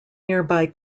nearby